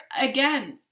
again